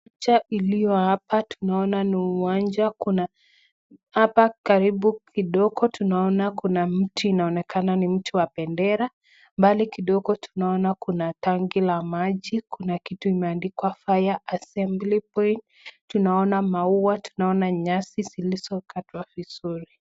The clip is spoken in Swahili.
Picha iliyohapa tunaona ni uwanja kuna hapa karibu kidogo tunaona kuna mti unaoonekana ni mti wa bendera ,mbali kidogo tunaona kuna tanki la maji kuna kitu imeandikwa (cs)fire assembly point (cs) tunaona maua , tunaona nyasi zilizokatwa vizuri.